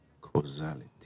Causality